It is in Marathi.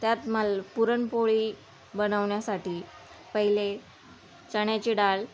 त्यातमाल पुरणपोळी बनवण्यासाठी पहिले चण्याची डाळ